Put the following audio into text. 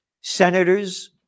senators